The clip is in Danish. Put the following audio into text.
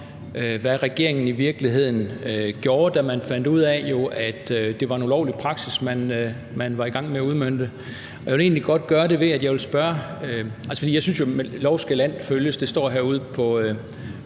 hvad regeringen i virkeligheden gjorde, da man fandt ud af, at det var en ulovlig praksis, man var i gang med at udmønte. Jeg vil egentlig godt begynde med at sige, at jeg synes, at med lov skal land bygges – det står herude over